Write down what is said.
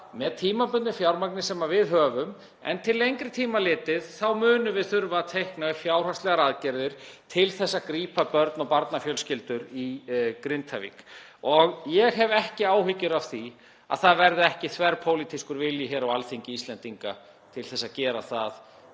með tímabundnu fjármagni sem við höfum. En til lengri tíma litið þá munum við þurfa að teikna upp fjárhagslegar aðgerðir til að grípa börn og barnafjölskyldur í Grindavík. Ég hef ekki áhyggjur af því að það verði ekki þverpólitískur vilji á Alþingi Íslendinga til að gera það